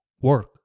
work